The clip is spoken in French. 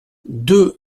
deux